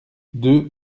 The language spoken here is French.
deux